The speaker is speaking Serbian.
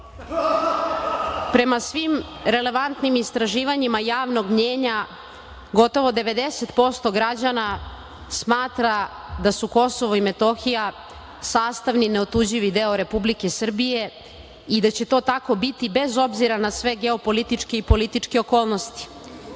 svim relevantnim istraživanjima javnog mnjenja gotovo 90% građana smatra da su KiM sastavni, neotuđivi deo Republike Srbije i da će to tako biti bez obzira na sve geopolitičke i političke okolnosti. Jedino,